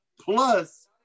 Plus